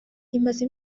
imaze